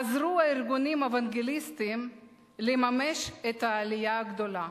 עזרו הארגונים האוונגליסטיים לממש את העלייה הגדולה.